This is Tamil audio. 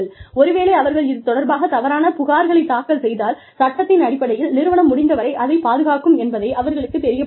ஒருவேளை அவர்கள் இது தொடர்பாகத் தவறான புகார்களைத் தாக்கல் செய்தால் சட்டத்தின் அடிப்படையில் நிறுவனம் முடிந்தவரை அதைப் பாதுகாக்கும் என்பதை அவர்களுக்கு தெரியப் படுத்துங்கள்